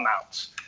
amounts